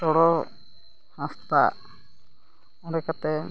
ᱴᱚᱲᱳ ᱦᱟᱸᱥᱫᱟ ᱚᱸᱰᱮ ᱠᱟᱛᱮᱫ